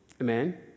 Amen